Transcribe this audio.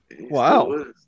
Wow